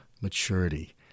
maturity